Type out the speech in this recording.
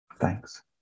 Thanks